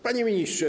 Panie Ministrze!